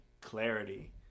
Clarity